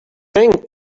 thank